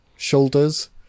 shoulders